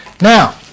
Now